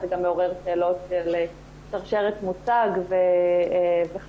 זה מעורר שאלות של שרשרת מותג וכדומה.